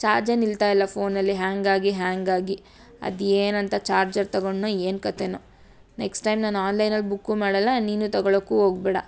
ಚಾರ್ಜೇ ನಿಲ್ತಾಯಿಲ್ಲ ಫೋನಲ್ಲಿ ಹ್ಯಾಂಗಾಗಿ ಹ್ಯಾಂಗಾಗಿ ಅದೇನಂತ ಚಾರ್ಜರ್ ತಗೊಂಡೆನೋ ಏನು ಕತೆಯೋ ನೆಕ್ಸ್ಟ್ ಟೈಮ್ ನಾನು ಆನ್ಲೈನಲ್ಲಿ ಬುಕ್ಕು ಮಾಡೋಲ್ಲ ನೀನು ತಗೊಳೊಕ್ಕೂ ಹೋಗ್ಬೇಡ